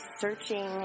searching